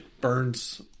Burns –